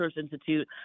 institute